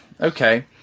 Okay